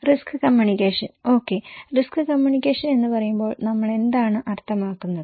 risk communication okay risk communication എന്ന് പറയുമ്പോൾ നമ്മൾ എന്താണ് അർത്ഥമാക്കുന്നത്